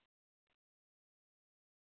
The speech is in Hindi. बैठो क्या लेंगे पानी वगैरह कुछ